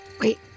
Wait